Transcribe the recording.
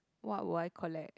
what will I collect